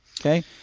okay